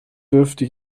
dürfte